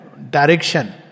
direction